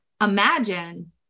imagine